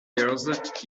years